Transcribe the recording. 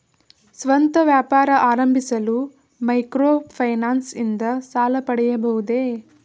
ಸ್ವಂತ ವ್ಯಾಪಾರ ಆರಂಭಿಸಲು ಮೈಕ್ರೋ ಫೈನಾನ್ಸ್ ಇಂದ ಸಾಲ ಪಡೆಯಬಹುದೇ?